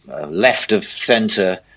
left-of-centre